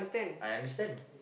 I understand